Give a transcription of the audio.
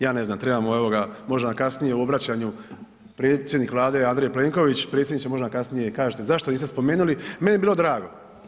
Ja ne znam, trebamo evo ga, možda nam kasnije u obraćanju predsjednik Vlade Andrej Plenković, predsjedniče možda nam kasnije kažete i zašto niste spomenuli, meni bi bilo drago.